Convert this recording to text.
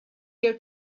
air